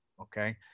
okay